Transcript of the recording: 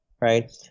right